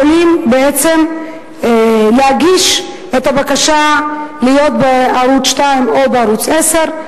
יכולים בעצם להגיש את הבקשה להיות בערוץ-2 או בערוץ-10.